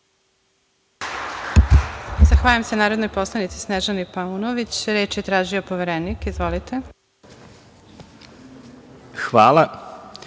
Zahvaljujem se narodnoj poslanici Snežani Paunović. Reč je tražio poverenik. Izvolite. **Milan